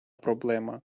проблема